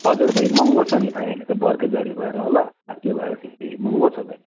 हजुर भाइ महँगो छ नि भाइ अहिले त बर्खे झरी भएर होला त्यो भएर महँगो छ भाइ